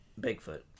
Bigfoot